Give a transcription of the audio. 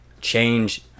change